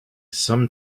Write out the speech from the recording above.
some